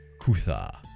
Kutha